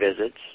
visits